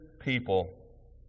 people